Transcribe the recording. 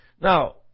Now